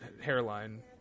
hairline